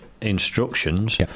instructions